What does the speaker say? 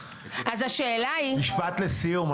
לסיום.